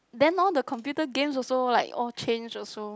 then all the computer games also like all change also